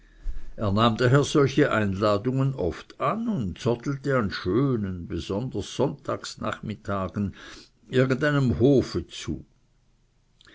er nahm daher solche einladungen oft an und zottelte an schönen besonders sonntagsnachmittagen irgend einem hofe zu